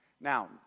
Now